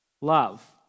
love